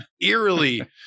eerily